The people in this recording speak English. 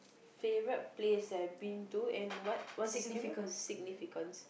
favourite place I been to and what what's the second one significance